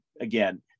again